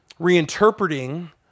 reinterpreting